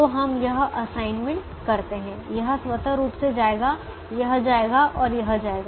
तो हम यह असाइनमेंट करते हैं यह स्वतः रूप से जाएगा यह जाएगा और यह जाएगा